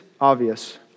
obvious